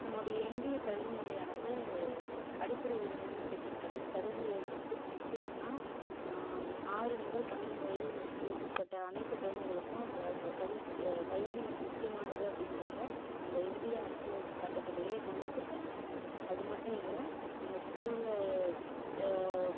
நம்முடைய இந்திய கல்வி முறையானது அடிப்படை உரிமையிலையும் சேர்த்துருக்காங்க கல்வியை எப்படி முக்கியம்ன்னா ஆறு முதல் பன்னிரெண்டு வயது உட்பட்ட அனைத்து குழந்தைகளுக்கும் க கல் கல்வி முக்கியமானது அப்படின்றத நம்ம இந்திய அரசியல் சட்டத்திலேயே கொண்டு வந்திருக்காங்க அது மட்டும் இல்லை நம்ம ஸ்கூல்ல